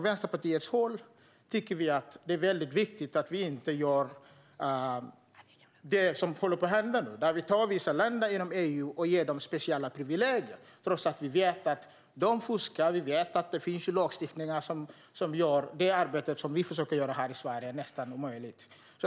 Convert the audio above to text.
Vänsterpartiet tycker att det är väldigt viktigt att inte göra det som håller på att hända nu: Vi tar vissa länder inom EU och ger dem speciella privilegier, trots att vi vet att de fuskar och att det finns lagstiftning som nästan omöjliggör det arbete som vi försöker göra här i Sverige.